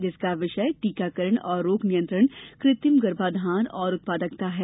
जिसका विषय टीकाकरण और रोग नियंत्रण कृत्रिम गर्भाधान और उत्पादकता है